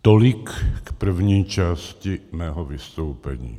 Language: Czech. Tolik k první části mého vystoupení.